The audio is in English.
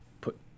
put